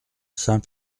saint